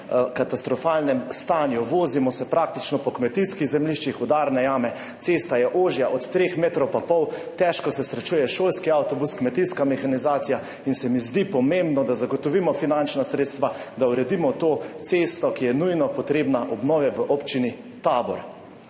katastrofalnem stanju. Vozimo se praktično po kmetijskih zemljiščih, udarne jame, cesta je ožja od 3 metrov in pol, težko se srečuje šolski avtobus, kmetijska mehanizacija. Zdi se mi pomembno, da zagotovimo finančna sredstva, da uredimo to cesto, ki je nujno potrebna obnove v občini Tabor.